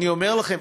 אני אומר לכם,